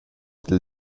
dil